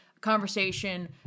conversation